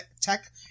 tech